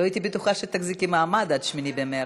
לא הייתי בטוחה שתחזיקי מעמד עד 8 במרס.